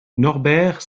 norbert